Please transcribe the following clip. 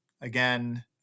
again